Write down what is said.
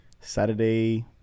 Saturday